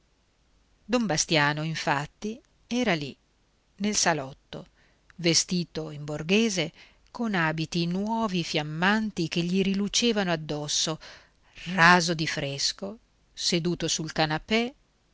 don bastiano infatti era lì nel salotto vestito in borghese con abiti nuovi fiammanti che gli rilucevano addosso raso di fresco seduto sul canapè